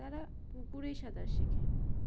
তারা পুকুরেই সাঁতার শেখে